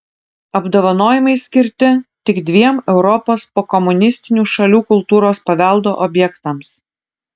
apdovanojimai skirti tik dviem europos pokomunistinių šalių kultūros paveldo objektams